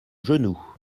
genou